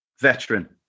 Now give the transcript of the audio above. veteran